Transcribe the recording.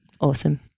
Awesome